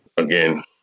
Again